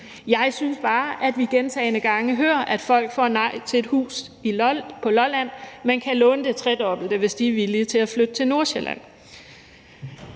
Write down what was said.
Jeg synes bare, at vi gentagne gange hører, at folk får nej til et hus på Lolland, men kan låne det tredobbelte, hvis de er villige til at flytte til Nordsjælland.